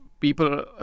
people